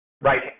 right